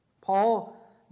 paul